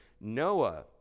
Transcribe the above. Noah